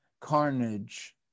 carnage